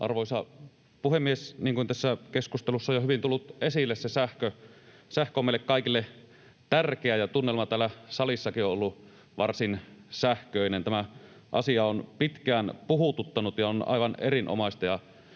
Arvoisa puhemies! Niin kuin tässä keskustelussa on jo hyvin tullut esille, sähkö on meille kaikille tärkeä, ja tunnelma täällä salissakin on ollut varsin sähköinen. Tämä asia on pitkään puhututtanut, ja on aivan erinomaista